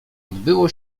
odbyło